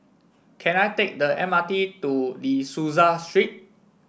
can I take the M R T to De Souza Street